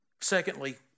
Secondly